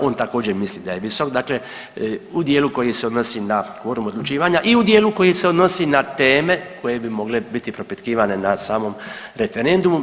On također misli da je visok, dakle u dijelu koji se odnosi na kvorum odlučivanja i u dijelu koji se odnosi na teme koje bi mogle biti propitkivane na samom referendumu.